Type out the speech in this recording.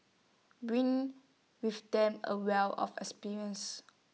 bring with them A wealth of experience